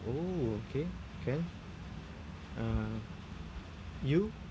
oh okay can uh you